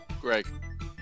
Greg